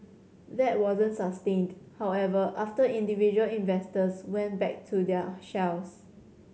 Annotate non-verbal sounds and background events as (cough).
that wasn't sustained however after individual investors went back to their (noise) shells